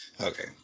Okay